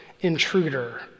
intruder